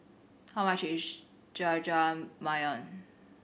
how much is Jajangmyeon